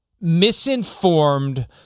misinformed